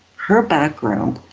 her background,